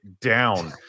down